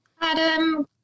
Adam